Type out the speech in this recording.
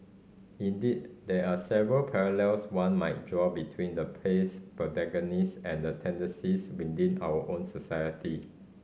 indeed there are several parallels one might draw between the play's protagonists and tendencies within our own society